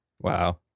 Wow